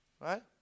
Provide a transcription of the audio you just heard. right